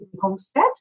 Homestead